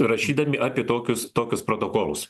rašydami apie tokius tokius protokolus